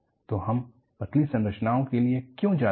तो हम पतली संरचनाओं के लिए क्यों जाते हैं